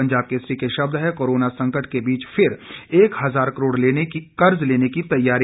पंजाब केसरी के शब्द हैं कोरोना संकट के बीच फिर एक हजार करोड़ कर्ज लेने की तैयारी